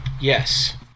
yes